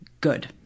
good